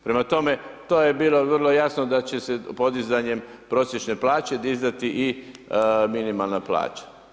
Prema tome to je bilo vrlo jasno da će se podizanjem prosječne plaće dizati i minimalna plaća.